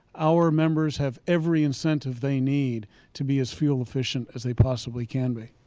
our members have every incentive they need to be as fuel efficient as they possibly can be.